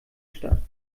statt